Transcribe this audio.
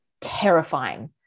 terrifying